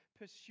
pursue